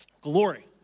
Glory